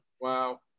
Wow